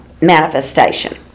manifestation